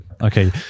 Okay